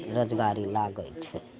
रोजगारी लागै छै